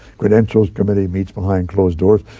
credentials committee meets behind closed doors.